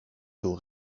door